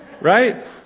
right